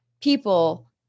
people